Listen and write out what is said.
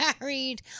married